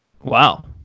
Wow